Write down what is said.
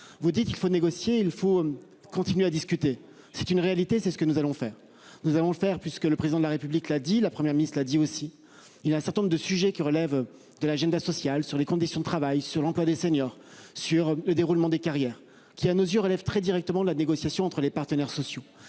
Vous dites il faut négocier, il faut continuer à discuter, c'est une réalité, c'est ce que nous allons faire, nous allons faire puisque le président de la République l'a dit la première miss là dit aussi il a un certain nombre de sujets qui relèvent de l'agenda social sur les conditions de travail sur l'emploi des seniors sur le déroulement des carrières qui à nos yeux relève très directement la négociation entre les partenaires sociaux